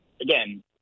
again